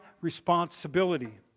responsibility